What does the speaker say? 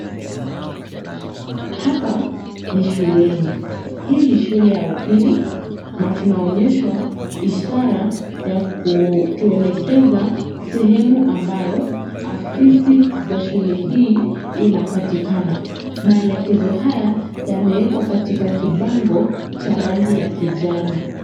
Hapa ni shuleni. Hii ni shule ya upili na tunaonyeshwa ishara ya kutuelekeza sehemu ambayo afisi za shule hii inapatikana. Maelekezo haya yamewekwa katika kibango cha rangi ya kijani.